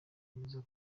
yemeza